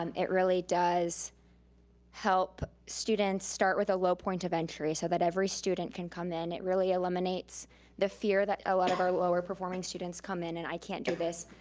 um it really does help students start with a low point of entry so that every student can come in. it really eliminates the fear that a lot of our lower-performing students come in and i can't do this,